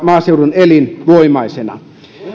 maaseudun elinvoimaisena